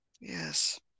Yes